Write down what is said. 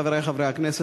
חברי חברי הכנסת,